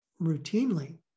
routinely